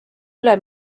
üle